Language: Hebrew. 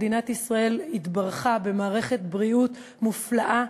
מדינת ישראל התברכה במערכת בריאות מופלאה.